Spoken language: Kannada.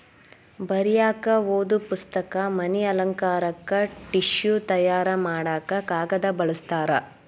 ಬರಿಯಾಕ ಓದು ಪುಸ್ತಕ, ಮನಿ ಅಲಂಕಾರಕ್ಕ ಟಿಷ್ಯು ತಯಾರ ಮಾಡಾಕ ಕಾಗದಾ ಬಳಸ್ತಾರ